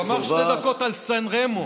הוא אמר: שתי דקות על סן רמו.